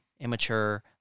immature